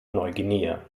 neuguinea